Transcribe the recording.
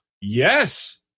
yes